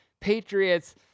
Patriots